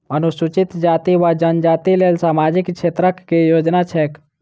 अनुसूचित जाति वा जनजाति लेल सामाजिक क्षेत्रक केँ योजना छैक?